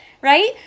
right